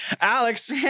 Alex